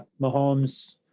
Mahomes